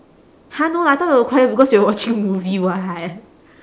!huh! no lah I thought you were quiet because you were watching movie [what]